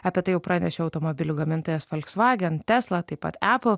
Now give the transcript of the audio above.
apie tai jau pranešė automobilių gamintojas folksvagen tesla taip pat epul